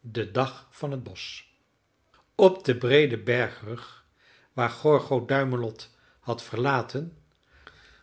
de dag van t bosch op den breeden bergrug waar gorgo duimelot had verlaten